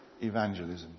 evangelism